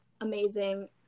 amazing